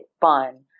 fun